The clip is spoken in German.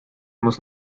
muss